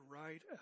right